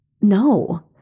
no